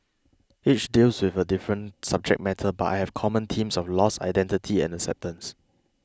each deals with a different subject matter but have common themes of loss identity and acceptance